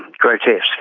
grotesque,